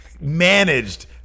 managed